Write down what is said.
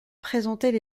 présentaient